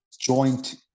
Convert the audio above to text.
joint